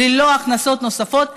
ללא הכנסות נוספות,